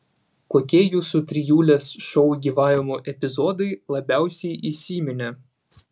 kokie jūsų trijulės šou gyvavimo epizodai labiausiai įsiminė